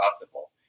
possible